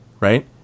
right